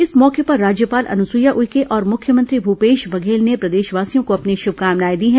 इस मौके पर राज्यपाल अनुसईया उइके और मुख्यमंत्री भूपेश बघेल ने प्रदेशवासियों को अपनी शमकामनाएं दी हैं